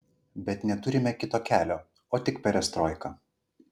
bet neturime kito kelio o tik perestroiką